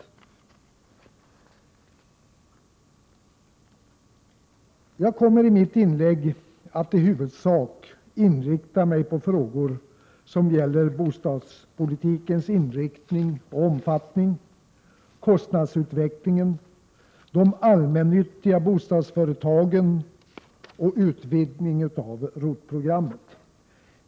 Jag kommer i mitt inlägg att i huvudsak inrikta mig på frågor som gäller bostadspolitikens inriktning och omfattning, kostnadsutveckling, de allmännyttiga bostadsföretagen och utvidgningen av ROT-programmet.